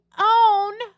own